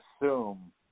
assume